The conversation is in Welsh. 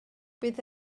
bydd